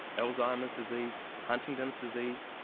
alzheimer's disease, huntingdon's disease,